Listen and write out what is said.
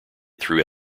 through